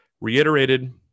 reiterated